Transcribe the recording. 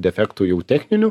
defektų jau techninių